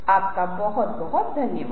आपका बहुत धन्यवाद